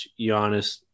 Giannis